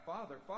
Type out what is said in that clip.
Father